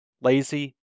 lazy